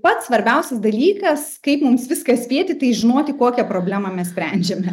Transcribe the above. pats svarbiausias dalykas kaip mums viską spėti tai žinoti kokią problemą mes sprendžiame